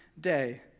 day